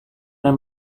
dan